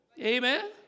amen